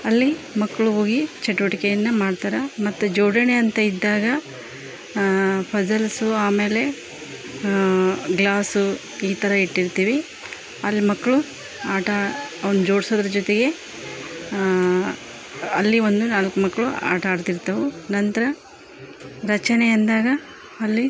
ಅಲ್ಲಿ ಮಕ್ಕಳು ಹೋಗಿ ಚಟುವಟಿಕೆಯನ್ನು ಮಾಡ್ತಾರೆ ಮತ್ತು ಜೋಡಣೆ ಅಂತ ಇದ್ದಾಗ ಫಜಲ್ಸು ಆಮೇಲೆ ಗ್ಲಾಸು ಈ ಥರ ಇಟ್ಟಿರ್ತೀವಿ ಅಲ್ಲಿ ಮಕ್ಕಳು ಆಟ ಅವನ್ನು ಜೋಡಿಸೋದ್ರ ಜೊತೆಗೆ ಅಲ್ಲಿ ಒಂದು ನಾಲ್ಕು ಮಕ್ಕಳು ಆಟಾಡ್ತಿರ್ತವೆ ನಂತರ ರಚನೆ ಅಂದಾಗ ಅಲ್ಲಿ